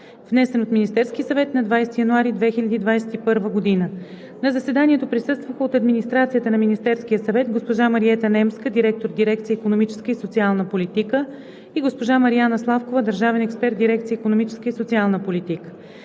внесен от Министерския съвет на 20 януари 2021 г. На заседанието присъстваха от администрацията на Министерския съвет – госпожа Мариета Немска – директор на дирекция „Икономическа и социална политика“, и госпожа Мариана Славкова – държавен експерт в дирекция „Икономическа и социална политика“.